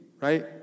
right